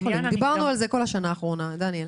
דיברנו על זה כל השנה האחרונה, דניאל.